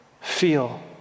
feel